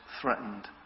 threatened